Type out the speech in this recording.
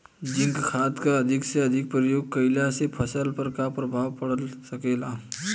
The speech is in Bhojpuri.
जिंक खाद क अधिक से अधिक प्रयोग कइला से फसल पर का प्रभाव पड़ सकेला?